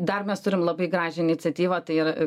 dar mes turim labai gražią iniciatyvą tai yra